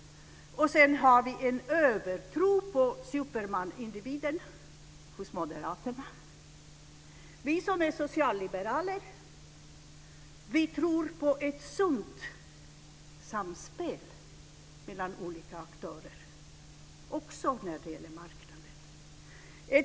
Sedan har vi en övertro på superman-individen hos moderaterna. Vi som är socialliberaler tror på ett sunt samspel mellan olika aktörer också när det gäller marknaden.